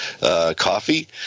coffee